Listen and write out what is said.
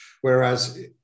whereas